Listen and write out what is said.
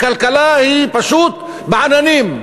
הכלכלה היא פשוט בעננים.